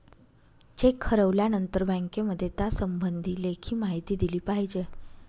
check हरवल्यानंतर बँकेमध्ये त्यासंबंधी लेखी माहिती दिली पाहिजे